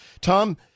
Tom